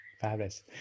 Fabulous